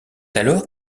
alors